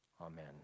Amen